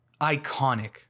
Iconic